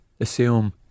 assume